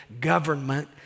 government